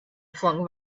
flung